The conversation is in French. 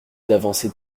d’avancer